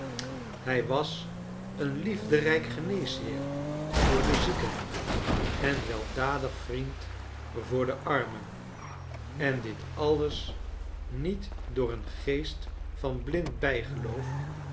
hij was een liefderijk geneesheer voor de zieken en weldadig vriend voor de armen en dit alles niet door een geest van blind bijgeloof